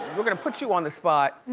we're gonna put you on the spot.